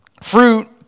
fruit